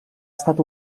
estat